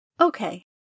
Okay